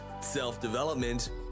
self-development